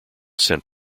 sent